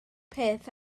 peth